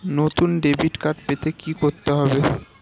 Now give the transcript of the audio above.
নতুন debit card পেতে কী করতে হবে?